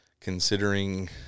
considering